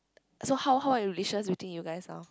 so how how are you between you guys now